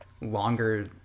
longer